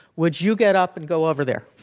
would you get up and go over there?